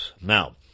Now